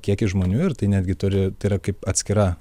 kiekis žmonių ir tai netgi turi tai yra kaip atskira